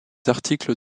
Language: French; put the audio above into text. articles